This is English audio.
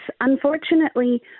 Unfortunately